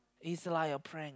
is like a prank